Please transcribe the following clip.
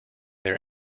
their